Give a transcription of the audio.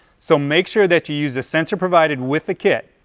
so make sure that you use the sensor provided with the kit.